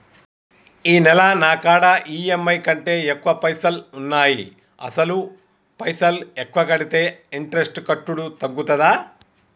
ఈ నెల నా కాడా ఈ.ఎమ్.ఐ కంటే ఎక్కువ పైసల్ ఉన్నాయి అసలు పైసల్ ఎక్కువ కడితే ఇంట్రెస్ట్ కట్టుడు తగ్గుతదా?